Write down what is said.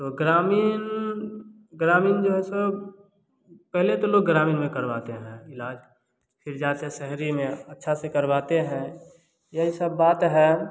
तो ग्रामीण ग्रामीण जो है सो पहले तो लोग ग्रामीण में करवाते हैं ईलाज फ़िर जाते हैं शहरी में अच्छा से करवाते हैं यही सब बात है